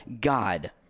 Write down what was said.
God